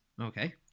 Okay